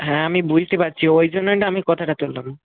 হ্যাঁ আমি বুঝতে পারছি ওই জন্যই তো আমি কথাটা তুললাম